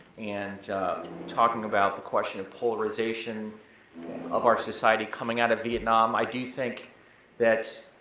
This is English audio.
and talking about the question of polarization of our society coming out of vietnam. i do think that